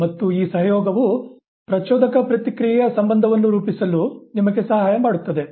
ಮತ್ತು ಈ ಸಹಯೋಗವು ಪ್ರಚೋದಕ ಪ್ರತಿಕ್ರಿಯೆ ಸಂಬಂಧವನ್ನು ರೂಪಿಸಲು ನಿಮಗೆ ಸಹಾಯ ಮಾಡುತ್ತದೆ